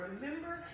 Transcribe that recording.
remember